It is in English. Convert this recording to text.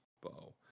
Bow